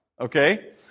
okay